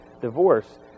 divorce